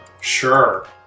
Sure